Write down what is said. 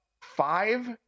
five